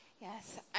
Yes